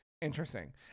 Interesting